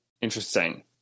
interesting